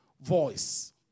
voice